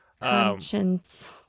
conscience